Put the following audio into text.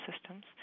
systems